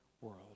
world